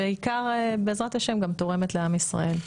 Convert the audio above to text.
ובעיקר, בעזרת ה', גם תורמת לעם ישראל.